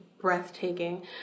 breathtaking